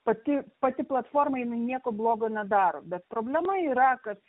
pati pati platformai jinai nieko blogo nedaro bet problema yra kad